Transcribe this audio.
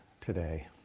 today